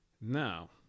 Now